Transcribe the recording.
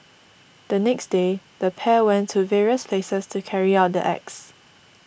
the next day the pair went to various places to carry out the acts